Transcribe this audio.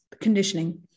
conditioning